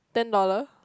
ten dollar